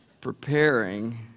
preparing